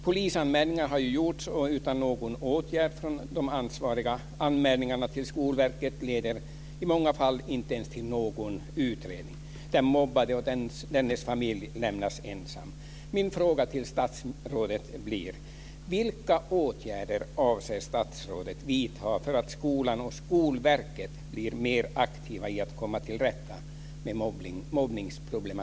Polisanmälningar har gjorts utan någon åtgärd från de ansvariga. Anmälningarna till Skolverket leder i många fall inte ens till någon utredning. Den mobbade och dennes familj lämnas ensamma.